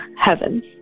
Heaven